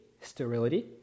sterility